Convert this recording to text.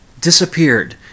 disappeared